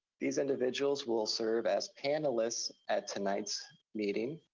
these individuals will serve as panelists at tonight's meeting.